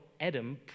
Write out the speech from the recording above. Adam